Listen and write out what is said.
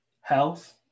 health